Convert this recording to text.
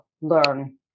learn